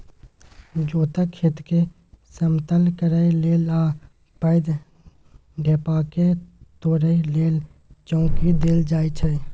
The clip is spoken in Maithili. जोतल खेतकेँ समतल करय लेल आ पैघ ढेपाकेँ तोरय लेल चौंकी देल जाइ छै